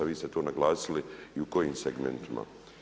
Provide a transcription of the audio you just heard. Vi ste to naglasili i u kojim segmentima.